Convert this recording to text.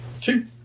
Two